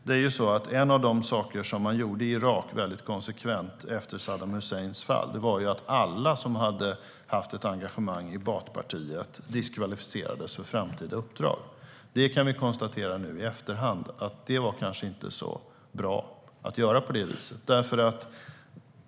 En av de saker man konsekvent gjorde där efter Saddam Husseins fall var att diskvalificera alla som haft ett engagemang i Baathpartiet för framtida uppdrag. Nu i efterhand kan vi konstatera att det nog inte var så bra att göra på det viset.